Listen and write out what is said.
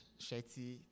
Shetty